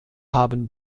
haben